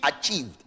achieved